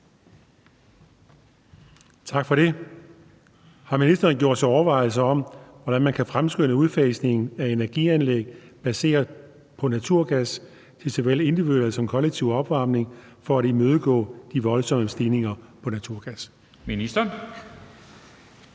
(V)): Har ministeren gjort sig overvejelser om, hvordan man kan fremskynde udfasning af energianlæg baseret på naturgas til såvel individuel som kollektiv opvarmning for at imødegå de voldsomme stigninger på naturgas? Formanden